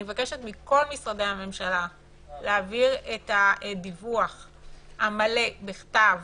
אני מבקשת מכל משרדי הממשלה להעביר את הדיווח המלא בכתב